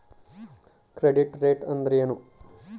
Credit rate ಅಂದರೆ ಏನು?